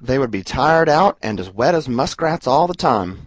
they would be tired out and as wet as muskrats all the time.